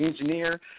engineer